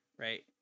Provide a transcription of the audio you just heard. Right